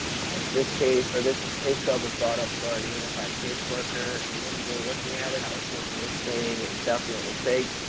this case, or this pay stub was brought up to our unit by a caseworker and initially looking at it i was thinking this thing is definitely fake,